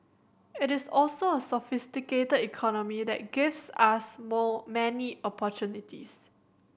it is also a sophisticated economy that gives us more many opportunities